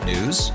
News